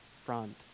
front